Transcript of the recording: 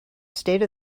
state